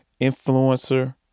influencer